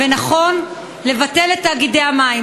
ונכון לבטל את תאגידי המים.